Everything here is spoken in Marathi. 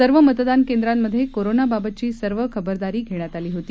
सर्व मतदान केद्रांमधे कोरोना बाबतची सर्व खबरदारी घेण्यात आली होती